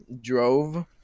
drove